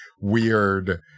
weird